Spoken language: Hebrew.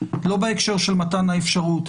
לא בהקשר של מתן האפשרות,